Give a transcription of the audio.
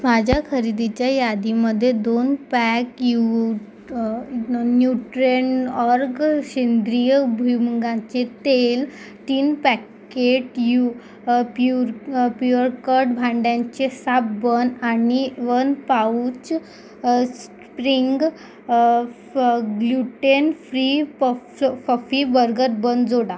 माझ्या खरेदीच्या यादीमध्ये दोन पॅक यू न्यूट्रेनऑर्ग सेंद्रिय भुईमुगाचे तेल तीन पॅकेट यू प्युर प्युअरकट भांड्यांचे साबण आणि वन पाऊच स्प्रिंग फ ग्ल्यूटेन फ्री पफ फफी बर्गर बन जोडा